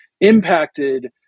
impacted